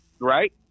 right